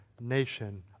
nation